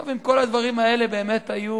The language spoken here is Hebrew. אם כל הדברים האלה היו